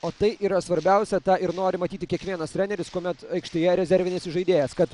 o tai yra svarbiausia tą ir nori matyti kiekvienas treneris kuomet aikštėje rezervinis įžaidėjas kad